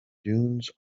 dunes